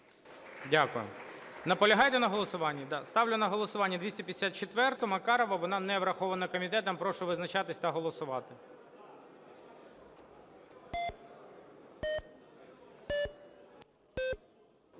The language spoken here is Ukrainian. Дякую. Наполягаєте на голосуванні? Да. Ставлю на голосування 254-у, Макарова. Вона не врахована комітетом. Прошу визначатися та голосувати.